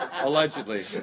Allegedly